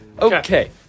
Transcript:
Okay